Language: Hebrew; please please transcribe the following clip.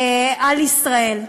על ישראל.